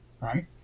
Right